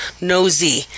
Nosy